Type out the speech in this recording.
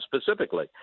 specifically